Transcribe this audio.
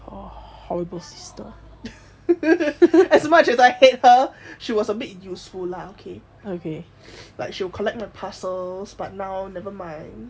horrible sister as much as I hate her she was a bit useful lah okay like she will collect my parcels but now nevermind